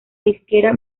disquera